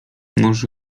może